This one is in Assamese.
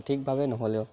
সঠিকভাৱে নহ'লেও